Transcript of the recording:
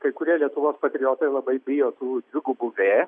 kai kurie lietuvos patriotai labai bijo tų dvigubų v